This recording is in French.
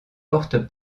portent